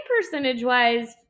percentage-wise